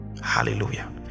Hallelujah